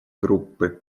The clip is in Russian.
группы